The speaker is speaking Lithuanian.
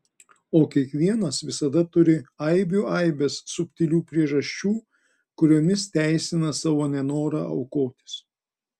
o kiekvienas visada turi aibių aibes subtilių priežasčių kuriomis teisina savo nenorą aukotis